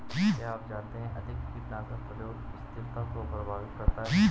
क्या आप जानते है अधिक कीटनाशक प्रयोग स्थिरता को प्रभावित करता है?